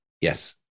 Yes